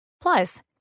Plus